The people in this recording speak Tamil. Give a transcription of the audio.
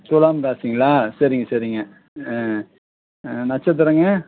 துலாம் ராசிங்களா சரிங்க சரிங்க ஆ நட்சத்திரங்க